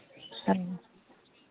ᱦᱮᱸ